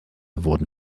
wurden